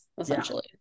essentially